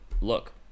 look